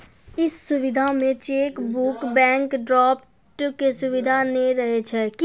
इ सुविधा मे चेकबुक, बैंक ड्राफ्ट के सुविधा नै रहै छै